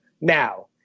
Now